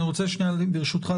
ברשותך,